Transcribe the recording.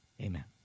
amen